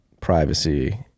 privacy